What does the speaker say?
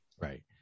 Right